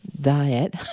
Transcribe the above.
Diet